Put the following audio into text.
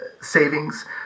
savings